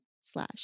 slash